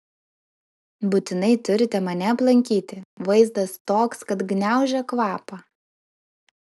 būtinai turite mane aplankyti vaizdas toks kad gniaužia kvapą